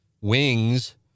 wings